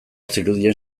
zirudien